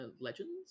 Legends